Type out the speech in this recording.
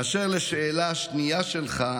באשר לשאלה השנייה שלך,